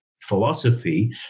philosophy